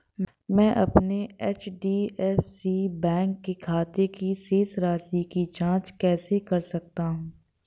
मैं अपने HDFC bank के खाते की शेष राशि की जाँच कैसे कर सकता हूँ?